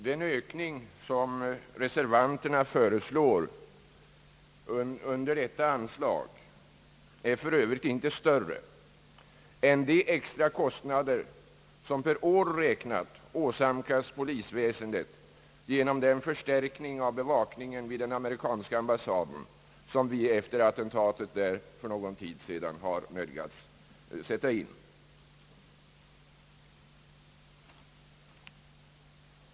Den ökning som reservanterna föreslår under detta anslag är för övrigt inte större än de extra kostnader, som per år räknat åsamkas polisväsendet genom den förstärkning av bevakningen vid en ambassad som vi efter ett attentat för någon tid sedan har nödgats sätta in.